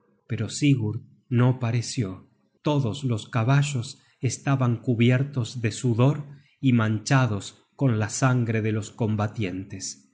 pero sigurd no pareció todos los caballos estaban cubiertos de sudor y manchados con la sangre de los combatientes